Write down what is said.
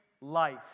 life